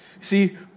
See